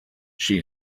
she